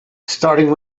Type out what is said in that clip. starting